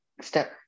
step